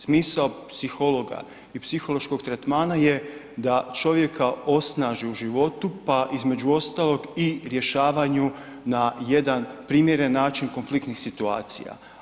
Smisao psihologa i psihološkog tretmana da čovjeka osnaži u životu pa između ostalog i rješavanju na jedan primjeren način konfliktnih situacija.